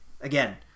again